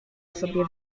sobie